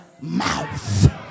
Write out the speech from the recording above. mouth